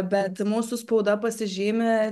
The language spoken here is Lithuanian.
bet mūsų spauda pasižymi